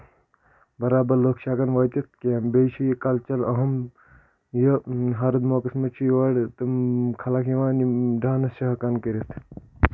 برابر لٔکھ چھِ ہٮ۪کان وٲتِتھ کیٚنٛہہ بیٚیہِ چھُ یہِ کَلچر اہم یہِ ہرُد موقعس منٛز چھِ یورٕ تِم خلق یِوان یِم ڈانٕس چھِ ہٮ۪کان کٔرِتھ